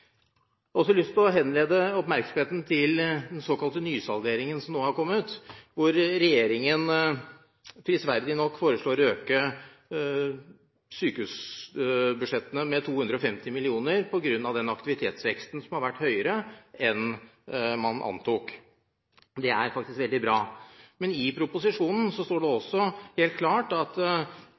har også lyst til å henlede oppmerksomheten til den såkalte nysalderingen som nå har kommet, hvor regjeringen – prisverdig nok – foreslår å øke sykehusbudsjettene med 250 mill. kr fordi aktivitetsveksten har vært høyere enn man antok. Det er veldig bra. Men i proposisjonen står det også helt klart at